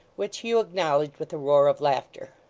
which hugh acknowledged with a roar of laughter.